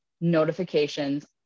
notifications